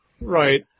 Right